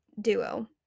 duo